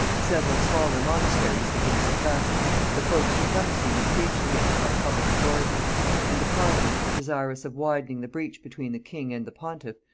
several smaller monasteries had been suppressed the pope's supremacy was preached against by public authority and the parliament, desirous of widening the breach between the king and the pontiff,